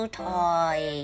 toy